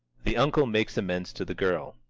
the uncle makes amends to the girl.